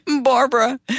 Barbara